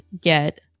get